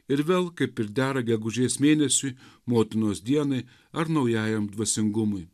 ir vėl kaip ir dera gegužės mėnesiui motinos dienai ar naujajam dvasingumui